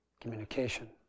communication